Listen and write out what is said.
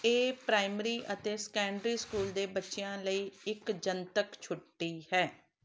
ਇਹ ਪ੍ਰਾਇਮਰੀ ਅਤੇ secondary school ਦੇ ਬੱਚਿਆਂ ਲਈ ਇੱਕ ਜਨਤਕ ਛੁੱਟੀ ਹੈ